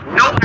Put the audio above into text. no